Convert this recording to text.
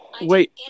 wait